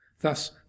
Thus